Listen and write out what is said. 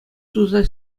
туса